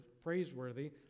praiseworthy